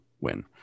win